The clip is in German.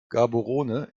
gaborone